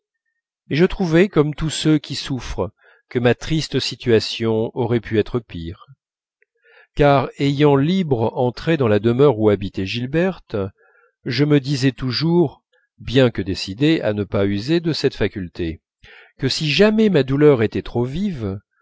et je trouvais comme tous ceux qui souffrent que ma triste situation aurait pu être pire car ayant libre entrée dans la demeure où habitait gilberte je me disais toujours bien que décidé à ne pas user de cette faculté que si jamais ma douleur était trop vive